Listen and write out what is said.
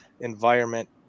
environment